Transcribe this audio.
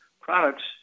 products